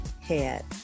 head